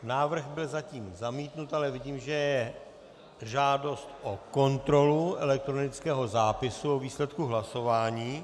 Návrh byl zatím zamítnut, ale vidím, že je žádost o kontrolu elektronického zápisu o výsledku hlasování.